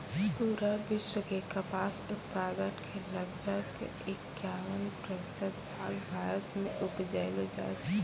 पूरा विश्व के कपास उत्पादन के लगभग इक्यावन प्रतिशत भाग भारत मॅ उपजैलो जाय छै